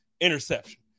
interception